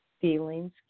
feelings